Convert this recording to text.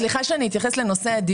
כמו שהתלושים של דרעי לא מוציאים מהעוני,